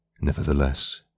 Nevertheless